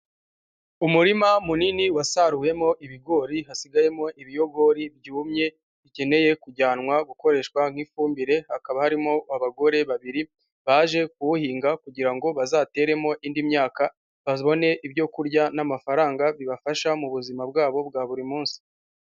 Umurima munini wasaruwemo ibigori hasigayemo ibiyogori byumye bikeneye kujyanwa gukoreshwa nk'ifumbire, hakaba harimo abagore babiri baje kuwuhinga kugira ngo bazateremo indi myaka, babone ibyo kurya n'amafaranga bibafasha mu buzima bwabo bwa buri munsi.